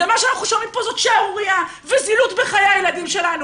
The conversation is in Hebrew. מה שאנחנו שומעים פה זאת שערורייה וזילות חיי הילדים שלנו.